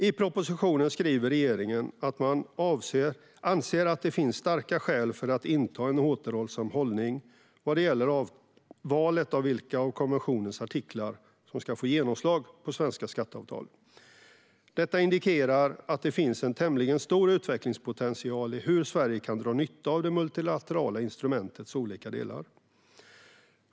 I propositionen skriver regeringen att man anser att "det finns starka skäl att inta en återhållsam hållning vad gäller valet av vilka av konventionens artiklar som ska få genomslag på svenska skatteavtal". Detta indikerar att det finns en tämligen stor utvecklingspotential i hur Sverige kan dra nytta av det multilaterala instrumentets olika delar.